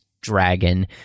dragon